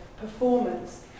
performance